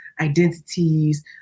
identities